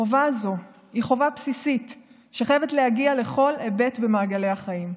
החובה הזאת היא חובה בסיסית שחייבת להגיע לכל היבט במעגלי החיים.